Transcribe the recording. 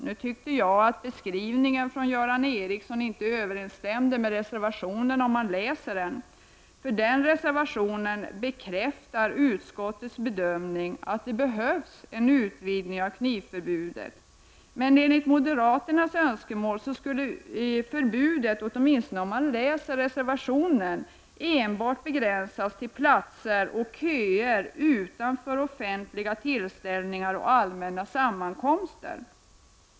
Nu tyckte jag att den beskrivning Göran Ericsson gjorde inte överensstämmer med vad som står att läsa i reservationen, eftersom reservationen bekräftar utskottets bedömning att det behövs en utvidgning av knivförbudet. Enligt moderaternas önskemål skulle förbudet, åtminstone om man läser reservationen, begränsas till enbart platser och köer utanför offentliga tillställningar och allmänna sammankomster.